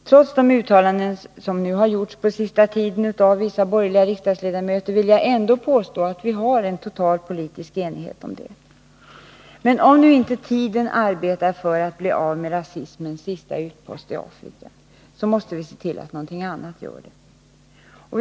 Trots de uttalanden som den senaste tiden gjorts av vissa borgerliga riksdagsledamöter vill jag påstå att vi har en total politisk enighet om det. Men om nu inte tiden arbetar för att bli av med rasismens sista utpost i Afrika, måste vi se till att något annat gör det.